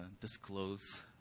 disclose